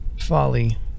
folly